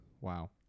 Wow